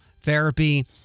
therapy